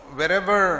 wherever